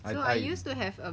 I I